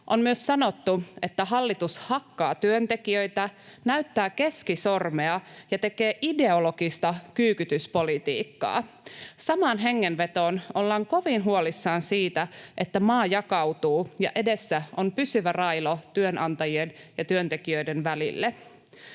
On myös sanottu, että hallitus ”hakkaa työntekijöitä”, ”näyttää keskisormea” ja ”tekee ideologista kyykytyspolitiikkaa”. Samaan hengenvetoon ollaan kovin huolissaan siitä, että maa jakautuu ja edessä on pysyvä railo työnantajien ja työntekijöiden välille.